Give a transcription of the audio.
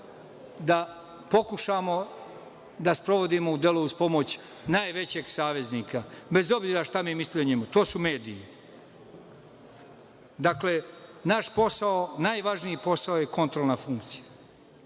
da pokušamo da sprovodimo u delu uz pomoć najvećeg saveznika, bez obzira šta mi mislili o njima. To su mediji. Dakle, naš posao, najvažniji posao je kontrolna funkcija. Setite